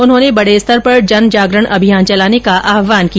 उन्होंने बडे स्तर पर जनजागरण अभियान चलाने का आहवान किया